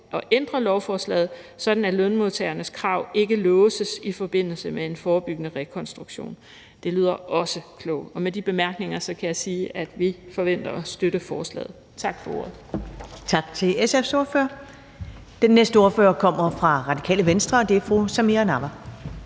at ændre lovforslaget, sådan at lønmodtagernes krav ikke låses i forbindelse med en forebyggende rekonstruktion. Det lyder også klogt. Med de bemærkninger kan jeg sige, at vi forventer at støtte forslaget. Tak for ordet.